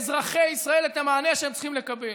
תנו כבר לאזרחי ישראל את המענה שהם צריכים לקבל.